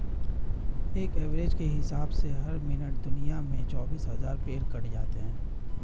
एक एवरेज के हिसाब से हर मिनट दुनिया में चौबीस हज़ार पेड़ कट जाते हैं